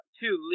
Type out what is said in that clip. two